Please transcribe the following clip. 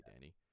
Danny